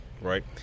right